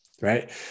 Right